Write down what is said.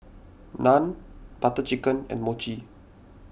Naan Butter Chicken and Mochi